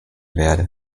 werde